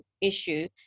issue